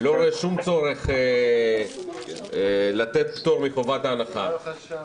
לא רואה שום צורך לתת פטור מחובת ההנחה.